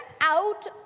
out